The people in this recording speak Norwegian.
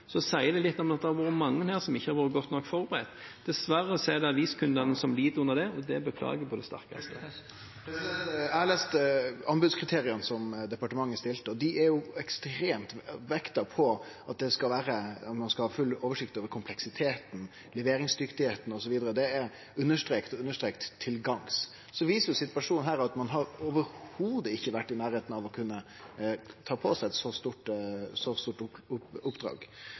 sier det litt om at det har vært mange som ikke har vært godt nok forberedt. Dessverre er det aviskundene som lider under det, og det beklager jeg på det sterkeste. Eg har lese anbodskriteria som departementet stilte, og dei er ekstremt vekta på at ein skal ha full oversikt over kompleksiteten, evna til å levere osv. Det er understrekt til gangs. Så viser situasjonen at ein i det heile ikkje har vore i nærleiken av å kunne ta på seg eit så stort